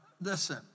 Listen